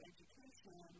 Education